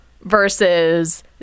versus